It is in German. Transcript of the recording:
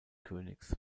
königs